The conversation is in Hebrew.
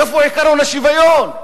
איפה עקרון השוויון?